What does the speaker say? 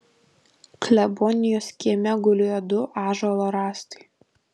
klebonijos kieme gulėjo du ąžuolo rąstai